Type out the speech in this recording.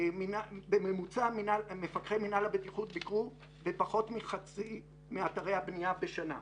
בממוצע מפקחי מינהל הבטיחות ביקרו בפחות מחצי מאתרי הבנייה בשנה.